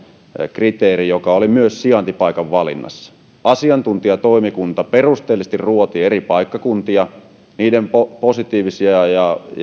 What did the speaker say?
kriteeri joka oli myös sijaintipaikan valinnassa asiantuntijatoimikunta perusteellisesti ruoti eri paikkakuntia niiden positiivisia ja